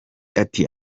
ati